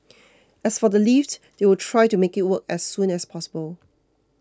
as for the lift they will try to make it work as soon as possible